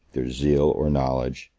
their zeal or knowledge,